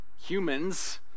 humans